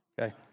Okay